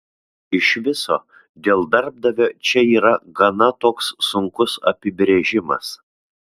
iš viso dėl darbdavio čia yra gana toks sunkus apibrėžimas